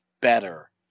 better